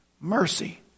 Mercy